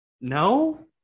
No